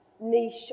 niche